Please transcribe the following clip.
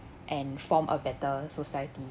and form a better society